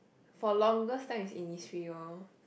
for longest time is in Innisfree lor